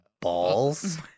balls